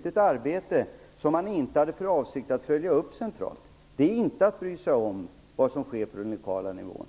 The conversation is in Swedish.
Tidigare slängde man bara ut en uppgift som man inte hade för avsikt att följa upp centralt. Det är inte att bry sig om vad som sker på den lokala nivån.